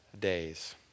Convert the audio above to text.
days